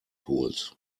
pools